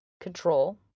control